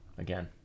Again